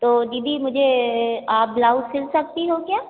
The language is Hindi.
तो दीदी मुझे आप ब्लाउज़ सिल सकती हो क्या